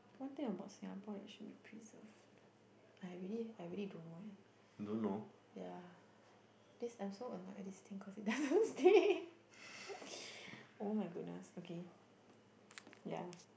one thing about Singapore that should be preserved I really I really don't know eh yeah please I'm so annoyed at this thing cause it doesn't stay [oh]-my-goodness okay yeah